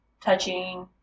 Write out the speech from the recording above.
touching